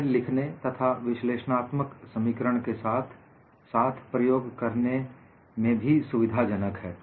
यह लिखने तथा विश्लेषणात्मक समीकरण के साथ साथ प्रयोग करने में भी सुविधाजनक है